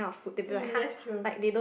mm that's true